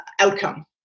outcome